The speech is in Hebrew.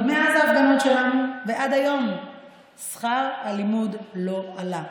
מאז ההפגנות שלנו ועד היום שכר הלימוד לא עלה.